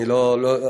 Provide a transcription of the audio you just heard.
אני לא.